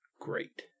great